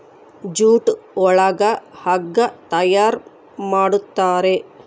jute ಒಳಗ ಹಗ್ಗ ತಯಾರ್ ಮಾಡುತಾರೆ